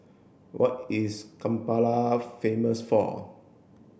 what is Kampala famous for